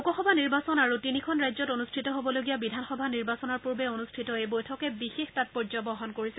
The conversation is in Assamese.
লোকসভা নিৰ্বাচন আৰু তিনিখন ৰাজ্যত অনুষ্ঠিত হবলগীয়া বিধানসভা নিৰ্বাচনৰ পূৰ্বে অনুষ্ঠিত এই বৈঠকে বিশেষ তাংপৰ্য বহন কৰিছে